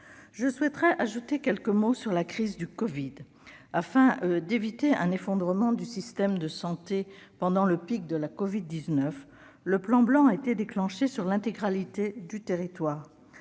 Je souhaite ajouter quelques mots à propos de la crise de la Covid-19. Afin d'éviter un effondrement du système de santé pendant le pic de l'épidémie, le Plan blanc a été déclenché sur l'intégralité du territoire,